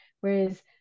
whereas